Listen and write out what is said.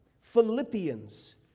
Philippians